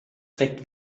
trägt